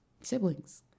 Siblings